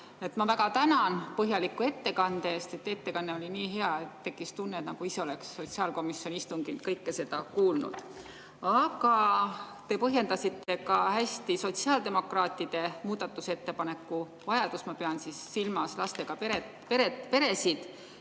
ma väga tänan põhjaliku ettekande eest. Ettekanne oli nii hea, et tekkis tunne, nagu oleks ise sotsiaalkomisjoni istungil kõike seda kuulnud. Aga te põhjendasite hästi ka sotsiaaldemokraatide muudatusettepaneku vajadust, ma pean silmas lastega peresid,